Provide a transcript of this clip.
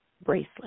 bracelet